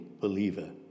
believer